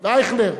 ואייכלר,